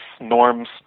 norms